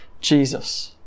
Jesus